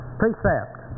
precept